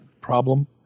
problem